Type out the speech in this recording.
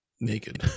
naked